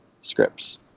scripts